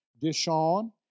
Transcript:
Dishon